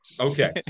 Okay